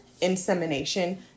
insemination